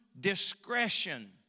discretion